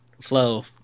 Flow